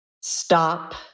Stop